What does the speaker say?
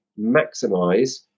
maximize